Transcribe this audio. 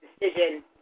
decision